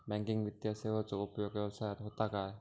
Banking वित्तीय सेवाचो उपयोग व्यवसायात होता काय?